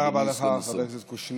תודה רבה לך, חבר הכנסת קושניר.